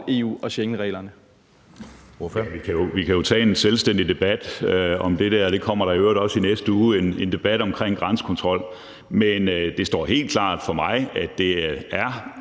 Peter Skaarup (DD): Vi kan jo tage en selvstændig debat om det der, og det kommer der i øvrigt også i næste uge, altså en debat om grænsekontrol. Men det står helt klart for mig, at det er